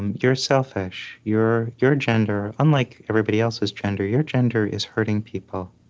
you're selfish. your your gender unlike everybody else's gender, your gender is hurting people.